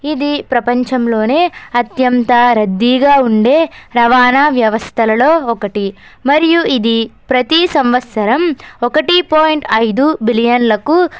ఇది ప్రపంచంలోనే అత్యంత రద్దీగా ఉండే రవాణా వ్యవస్థలలో ఒకటి మరియు ఇది ప్రతి సంవత్సరం ఒకటి పాయింట్ ఐదు బిలియన్లకు